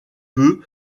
peut